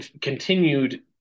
continued